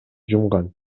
жумган